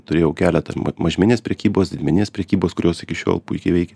turėjau keleta ir mažmeninės prekybos didmeninės prekybos kurios iki šiol puikiai veikia